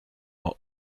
are